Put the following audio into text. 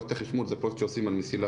פרויקט החשמול הוא פרויקט שעושים על מסילה